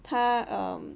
他 um